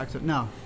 No